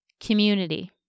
Community